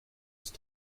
ist